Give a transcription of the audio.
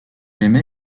aimait